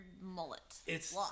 mullet